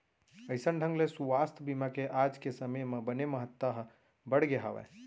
अइसन ढंग ले सुवास्थ बीमा के आज के समे म बने महत्ता ह बढ़गे हावय